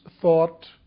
thought